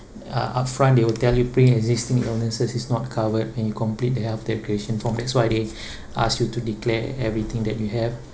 uh upfront they will tell you pre-existing illnesses is not covered and you complete the health declaration form that's why they ask you to declare everything that you have